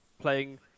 playing